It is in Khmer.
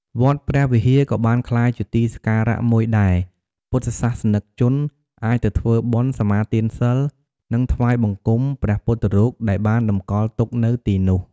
វត្តព្រះវិហារ ក៏បានក្លាយជា ទីសក្ការៈ មួយដែល ពុទ្ធសាសនិកជន អាចទៅ ធ្វើបុណ្យ សមាទានសីល និង ថ្វាយបង្គំព្រះពុទ្ធរូប ដែលបាន តម្កល់ទុកនៅទីនោះ។